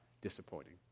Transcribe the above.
disappointing